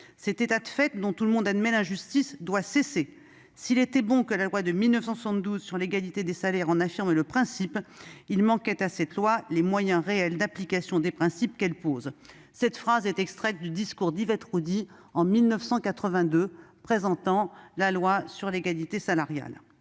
Cet état de fait, dont tout le monde admet l'injustice, doit cesser. S'il était bon que la loi de 1972 sur l'égalité des salaires en affirme le principe, il manquait à cette loi les moyens réels d'application des principes qu'elle pose. » Cette phrase est extraite du discours prononcé par Yvette Roudy, en 1982, pour présenter la loi sur l'égalité salariale.